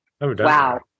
wow